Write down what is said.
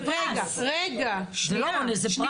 זה פרס, זה לא עונש, זה פרס.